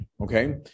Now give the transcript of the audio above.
okay